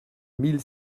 mille